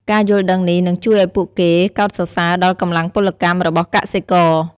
ការយល់ដឹងនេះនឹងជួយឱ្យពួកគេកោតសរសើរដល់កម្លាំងពលកម្មរបស់កសិករ។